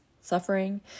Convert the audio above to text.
suffering